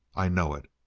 i know it!